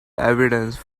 evidence